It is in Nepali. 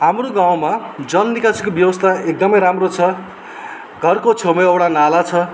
हाम्रो गाउँमा जल निकासको व्यवस्था एकदमै राम्रो छ घरको छेउमा एउटा नाला छ